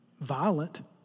violent